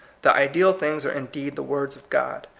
the ideal things are indeed the words of god.